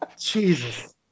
Jesus